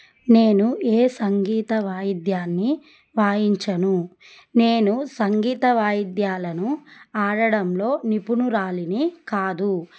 నేను ఏ సంగీత వాయిద్యాన్ని వాయించను నేను సంగీత వాయిద్యాలను ఆడడంలో నిపుణురాలిని కాదు